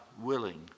willing